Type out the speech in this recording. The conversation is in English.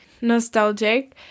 nostalgic